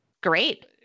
great